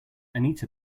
anita